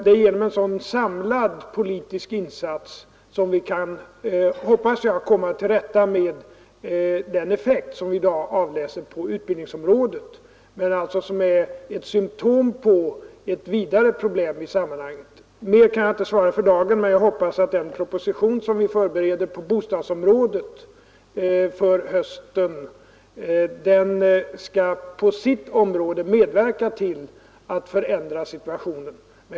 Det är genom en sådan samlad politisk insats som vi kan, hoppas jag, komma till rätta med den effekt som vi i dag avläser på utbildningsområdet men som är ett symtom på ett vidare problem. Mer kan jag inte svara för dagen, men jag hoppas att den proposition som vi förbereder på bostadsområdet till hösten skall på sitt område medverka till att förändra situationen beträffande rekryteringen till gymnasial utbildning.